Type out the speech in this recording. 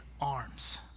arms